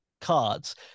cards